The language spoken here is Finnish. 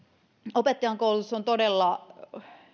opettajankoulutus on todella